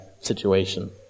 situation